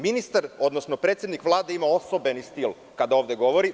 Ministar, odnosno predsednik Vlade, ima osobeni stil kada ovde govori.